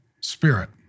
spirit